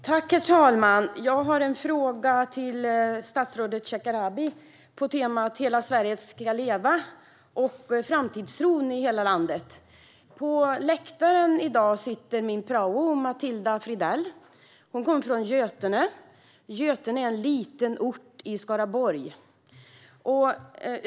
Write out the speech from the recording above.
Herr talman! Jag har en fråga till statsrådet Shekarabi på temat hela Sverige ska leva och framtidstron i hela landet. På läktaren sitter min praoelev Matilda Fridell. Hon kommer från Götene. Götene är en liten ort i Skaraborg.